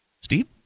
Steve